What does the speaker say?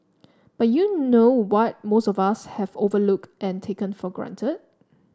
but you know what most of us have overlooked and taken for granted